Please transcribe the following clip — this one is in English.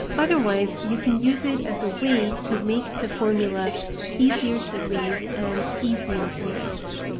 otherwise you can use it as a way to make the formula easier to read and easier to manage.